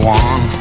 one